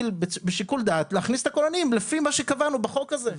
בשיקול דעת להכניס את הכוננים לפי מה שקבענו בחוק הזה,